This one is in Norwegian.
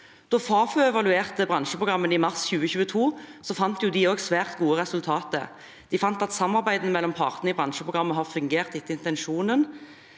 Da Fafo evaluerte bransjeprogrammene i mars 2022, fant de svært gode resultater. De fant at samarbeidet mellom partene i bransjeprogrammene har fungert etter intensjonen,